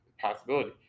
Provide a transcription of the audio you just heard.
possibility